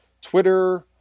Twitter